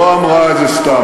לא אמרה את זה סתם,